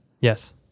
Yes